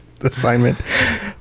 assignment